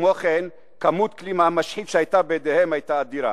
כמו כן, כמות כלי המשחית שהיתה בידיהם היתה אדירה.